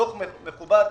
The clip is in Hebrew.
מכובד,